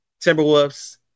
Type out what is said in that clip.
Timberwolves